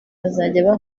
bazajya